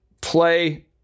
play